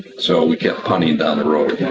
so we kept putting down the road.